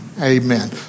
Amen